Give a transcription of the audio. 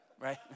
Right